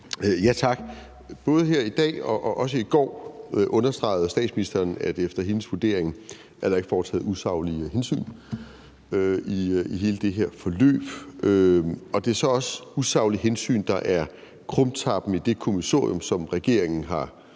Tak. Både her i dag og også i går understregede statsministeren, at der efter hendes vurdering ikke er foretaget usaglige hensyn i hele det her forløb. Og det er så også usaglige hensyn, der er krumtappen i det kommissorium, som regeringen har